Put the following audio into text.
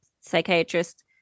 psychiatrist